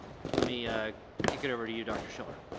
let me kick it over to you dr. schiller.